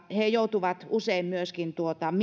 he joutuvat usein myöskin